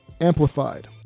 Amplified